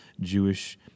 Jewish